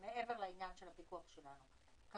הם מעבירים דרכי, וזה